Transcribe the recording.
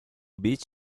beach